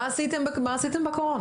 מה עשיתם בקורונה?